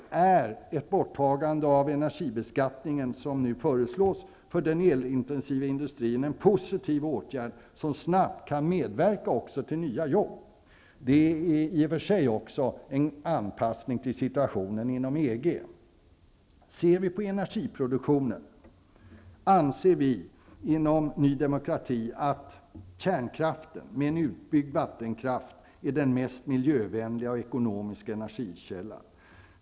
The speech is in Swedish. Därför är borttagandet av energibeskattningen för den elintensiva industrin, vilket nu föreslås, en positiv åtgärd som snabbt kan medverka till nya jobb. Det är i och för sig också en anpassning till situationen inom EG. Om vi ser på energiproduktionen anser vi i Ny demokrati att kärnkraften tillsammans med en utbyggd vattenkraft är den mest miljövänliga och ekonomiska energikällan.